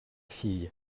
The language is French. filles